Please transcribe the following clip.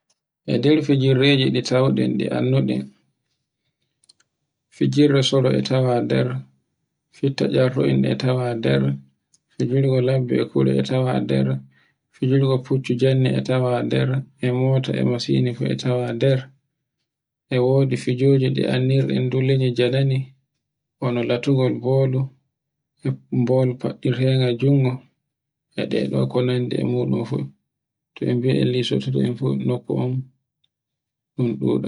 E nder fijirleje ɗi tawuɗen ɗe annduɗen, fijirle torre e tawa nder, fitta erto e tawa nder, fijirle labbe e kure e tawa nder, fijirgo fuccu jande e tawa nder, e mota a misin fu e tawa nder, e wodi fijirde ɗe enndunden dow nyanldi hono latungol bolu, bolu faɗɗitego e jungo, e ɗeɗe ɗoko nandi e muɗum fu to embe en lisoto fu nokku on un ɗuɗa.